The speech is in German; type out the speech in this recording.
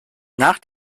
nach